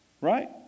right